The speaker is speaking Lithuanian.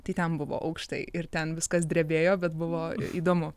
tai ten buvo aukštai ir ten viskas drebėjo bet buvo įdomu